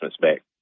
back